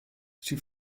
sie